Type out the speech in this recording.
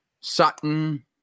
Sutton